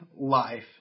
life